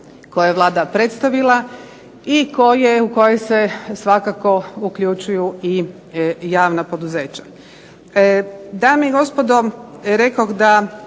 koje je Vlada predstavila i u koje se svakako uključuju i javna poduzeća.